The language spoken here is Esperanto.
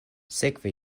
sekve